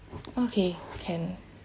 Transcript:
okay can